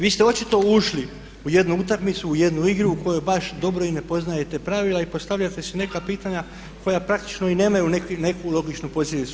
Vi ste očito ušli u jednu utakmicu, u jednu igru u kojoj baš dobro i ne poznajete pravila i postavljate si neka pitanja koja praktično i nemaju neku logičnu posljedicu.